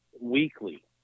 weekly